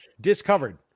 discovered